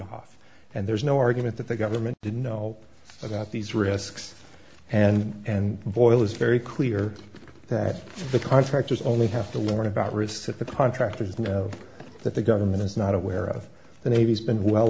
off and there's no argument that the government didn't know about these risks and and voile is very clear that the contractors only have to learn about risks that the contractors know that the government is not aware of the navy's been well